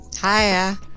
Hiya